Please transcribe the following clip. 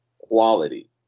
quality